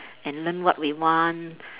and learn what we want